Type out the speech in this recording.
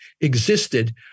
existed